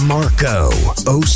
Marco